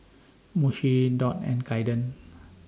Moshe Dot and Caiden